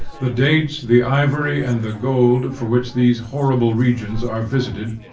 the dates, the ivory, and the gold, for which these horrible regions are visited,